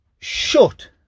shut